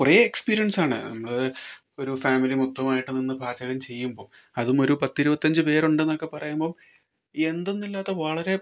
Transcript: കുറേ എക്സ്പീരിയൻസാണ് നമ്മൾ ഒരു ഫാമിലി മൊത്തമായിട്ട് നിന്ന് പാചകം ചെയ്യുമ്പം അതും ഒരു പത്തിരുപത്തഞ്ച് പേരുണ്ടെന്നൊക്കെ പറയുമ്പം എന്തെന്നില്ലാത്ത വളരെ